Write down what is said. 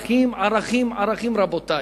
ערכים, ערכים, ערכים, רבותי.